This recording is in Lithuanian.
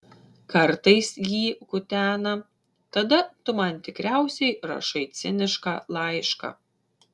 kartais jį kutena tada tu man tikriausiai rašai cinišką laišką